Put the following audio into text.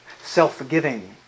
self-forgiving